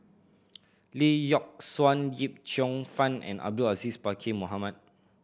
Lee Yock Suan Yip Cheong Fun and Abdul Aziz Pakkeer Mohamed